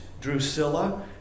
Drusilla